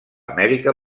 amèrica